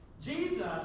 Jesus